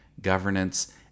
governance